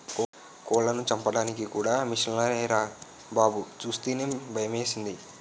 కోళ్లను చంపడానికి కూడా మిసన్లేరా బాబూ సూస్తేనే భయమేసింది